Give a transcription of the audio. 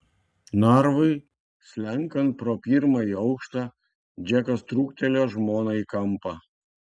narvui slenkant pro pirmąjį aukštą džekas trūktelėjo žmoną į kampą